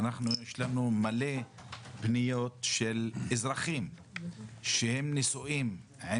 אנחנו יש לנו מלא פניות של אזרחים שהם נשואים עם